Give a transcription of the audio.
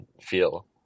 feel